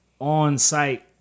on-site